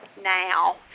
Now